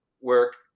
work